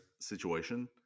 situation